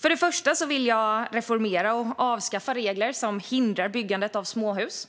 För det första vill jag reformera och avskaffa regler som hindrar byggandet av småhus.